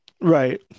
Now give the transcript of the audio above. Right